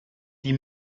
die